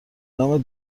نام